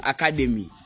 Academy